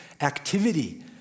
activity